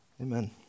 Amen